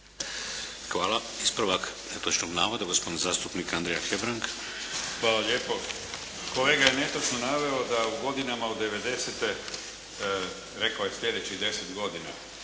Hvala. Ispravak netočnog navoda, gospodin zastupnik Andrija Hebrang. **Hebrang, Andrija (HDZ)** Hvala lijepo. Kolega je netočno naveo da u godinama od 90.-te, rekao je sljedećih 10 godina,